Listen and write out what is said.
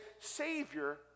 Savior